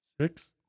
Six